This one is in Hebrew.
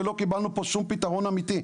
ולא קיבלנו פה שום פתרון אמיתי.